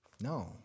No